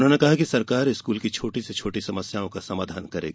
उन्होंने कहा कि सरकार स्कूल की छोटी से छोटी समस्याओं का समाधान करेगी